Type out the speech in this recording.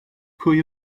pwy